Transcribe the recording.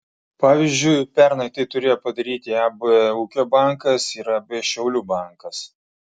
pavyzdžiui pernai tai turėjo padaryti ab ūkio bankas ir ab šiaulių bankas